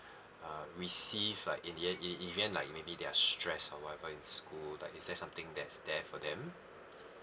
uh receive like in the en~ e e event like maybe they're stress or whatever in school like is there something that's there for them